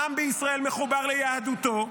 העם בישראל מחובר ליהדותו.